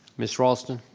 miss raulston?